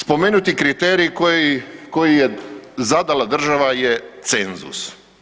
Spomenuti kriterij koji je zadala država je cenzus.